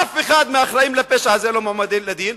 אף אחד מהאחראים לפשע הזה לא מועמד לדין,